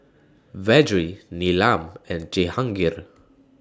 Vedre Neelam and Jehangirr